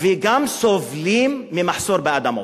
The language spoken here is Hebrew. וגם סובלת ממחסור באדמות.